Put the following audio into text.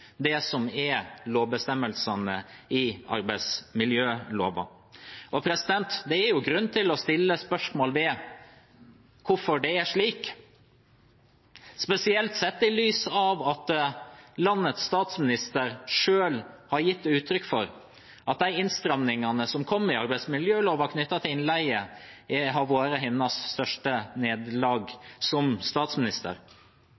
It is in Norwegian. å følge opp bestemmelsene i arbeidsmiljøloven. Det er grunn til å stille spørsmål ved hvorfor det er slik – spesielt sett i lys av at landets statsminister selv har gitt uttrykk for at de innstrammingene som kom i arbeidsmiljøloven knyttet til innleie, har vært hennes største